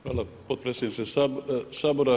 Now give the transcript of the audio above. Hvala potpredsjedniče Sabora.